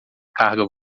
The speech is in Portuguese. carga